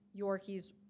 Yorkies